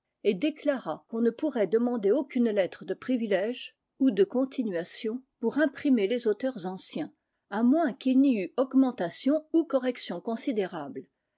et déclara qu'on ne pourrait demander aucune lettre de privilège ou de continuation pour imprimer les auteurs anciens à moins qu'il n'y eût augmentation ou correction considérable